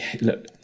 look